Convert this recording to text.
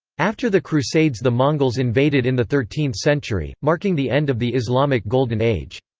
after the crusades the mongols invaded in the thirteenth century, marking the end of the islamic golden age.